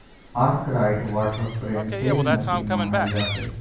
Arkwright water frame तेज machine मानल जा हई